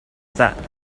that